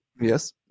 Yes